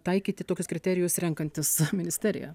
taikyti tokius kriterijus renkantis ministeriją